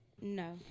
No